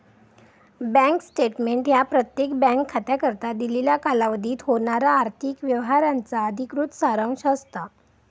bank statement ह्या प्रत्येक bank खात्याकरता दिलेल्या कालावधीत होणारा आर्थिक व्यवहारांचा अधिकृत सारांश असता